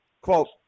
Quote